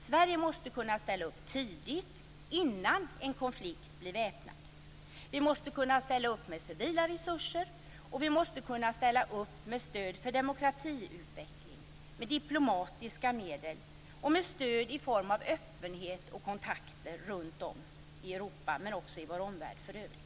Sverige måste kunna ställa upp tidigt innan en konflikt blir väpnad. Vi måste kunna ställa upp med civila resurser. Vi måste kunna ställa upp med stöd för demokratiutveckling, med diplomatiska medel och med stöd i form av öppenhet och kontakter runt om i Europa men också i vår omvärld för övrigt.